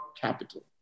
capital